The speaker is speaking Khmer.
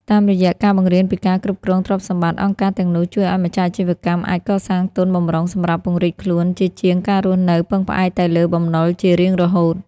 តាមរយៈការបង្រៀនពីការគ្រប់គ្រងទ្រព្យសម្បត្តិ អង្គការទាំងនោះជួយឱ្យម្ចាស់អាជីវកម្មអាចកសាងទុនបម្រុងសម្រាប់ពង្រីកខ្លួន ជាជាងការរស់នៅពឹងផ្អែកតែលើបំណុលជារៀងរហូត។